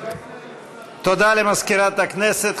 תודה למזכירת הכנסת.